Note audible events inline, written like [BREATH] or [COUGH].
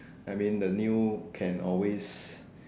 I mean the new can always [BREATH]